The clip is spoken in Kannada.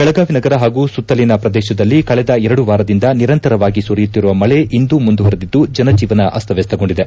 ಬೆಳಗಾವಿ ನಗರ ಹಾಗೂ ಸುತ್ತಲಿನ ಪ್ರದೇಶದಲ್ಲಿ ಕಳೆದ ಎರಡುವಾರದಿಂದ ನಿರಂತರವಾಗಿ ಸುರಿಯುತ್ತಿರುವ ಮಳೆ ಇಂದೂ ಮುಂದುವರೆದಿದ್ದು ಜನಜೀವನ ಅಸ್ತವ್ಯಸ್ತಗೊಂಡಿದೆ